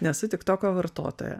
nesu tiktoko vartotoja